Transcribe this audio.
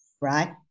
Right